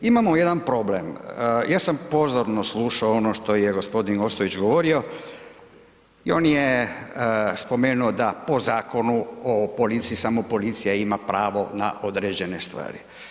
Imamo jedan problem, ja sam pozorno slušao ono što je gospodin Ostojić govorio i on je spomenuo da po Zakonu o policiji samo policija ima pravo na određene stvari.